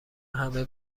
همه